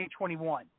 2021